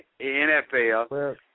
NFL